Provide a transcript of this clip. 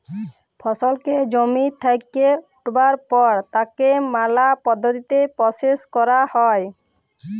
ফসলকে জমি থেক্যে উঠাবার পর তাকে ম্যালা পদ্ধতিতে প্রসেস ক্যরা হ্যয়